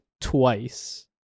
twice